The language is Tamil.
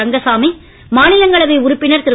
ரங்கசாமி மாநிலங்களவை உறுப்பினர் திரு